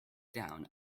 down